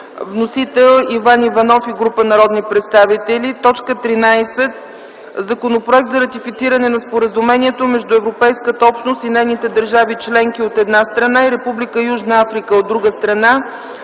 Димитров Иванов и група народни представители. 13. Законопроект за ратифициране на Споразумението между Европейската общност и нейните държави членки, от една страна, и Република Южна Африка, от друга страна,